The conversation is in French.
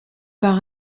par